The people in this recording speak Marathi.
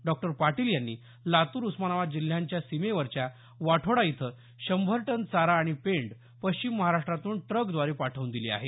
डॉक्टर पाटील यांनी लातूर उस्मानाबाद जिल्ह्यांच्या सीमेवरच्या वाठोडा इथं शंभर टन चारा आणि पेंड पश्चिम महाराष्ट्रातून ट्रकद्वारे पाठवून दिली आहे